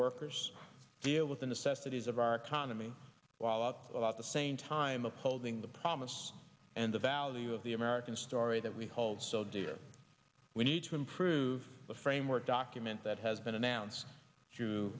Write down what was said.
workers with the necessities of our economy while out about the same time upholding the promise and the value of the american story that we hold so dear we need to improve the framework document that has been announced through